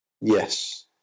Yes